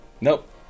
Nope